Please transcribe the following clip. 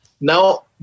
Now